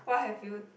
what have you